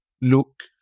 look